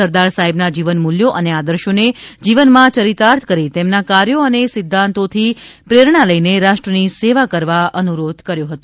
સરદાર સાહેબના જીવનમૂલ્યો અને આદર્શોને જીવનમાં યરિતાર્થ કરી તેમના કાર્યો અને સિંધ્ધાતોથી પ્રેરણા લઇને રાષ્ટ્રની સેવા કરવા અનુરોધ કર્યો હતો